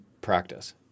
practice